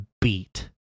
beat